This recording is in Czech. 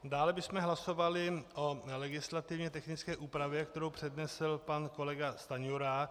Dále bychom hlasovali o legislativně technické úpravě, kterou přednesl pan kolega Stanjura.